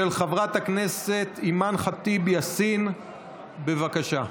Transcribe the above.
של חברת הכנסת אימאן ח'טיב יאסין, בבקשה.